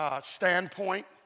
standpoint